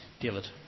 David